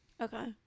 Okay